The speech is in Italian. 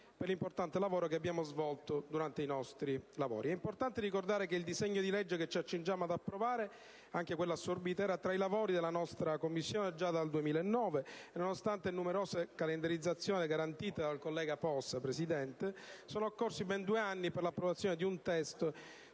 per l'importante lavoro svolto. È importante ricordare che il disegno di legge che ci accingiamo ad approvare e anche quello assorbito erano tra i lavori della nostra Commissione già dal 2009 e, nonostante numerose calendarizzazioni garantite dal collega Possa, presidente, sono occorsi ben due anni per l'approvazione di un testo